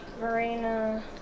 Marina